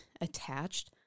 attached